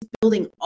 building